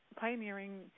pioneering